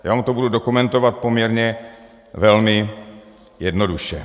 Jenom to budu dokumentovat poměrně velmi jednoduše.